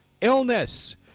illness